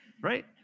right